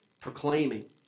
proclaiming